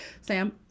sam